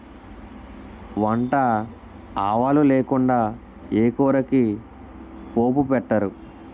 వంట ఆవాలు లేకుండా ఏ కూరకి పోపు పెట్టరు